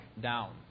down